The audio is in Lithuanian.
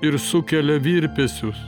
ir sukelia virpesius